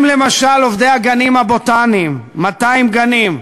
הם, למשל, עובדי הגנים הבוטניים, 200 גנים,